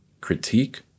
critique